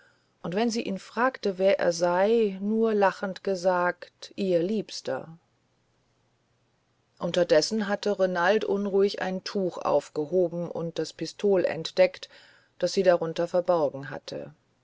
und wenn sie ihn fragte wer er sei nur lachend gesagt ihr liebster unterdes hatte renald unruhig ein tuch aufgehoben und das pistol entdeckt das sie darunter verborgen hatte